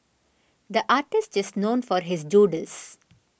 the artist is known for his doodles